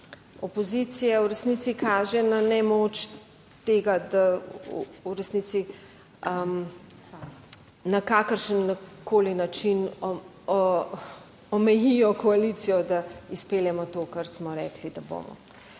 opozicije, v resnici kaže na nemoč tega, da v resnici na kakršenkoli način omejijo koalicijo, da izpeljemo to, kar smo rekli, da bomo.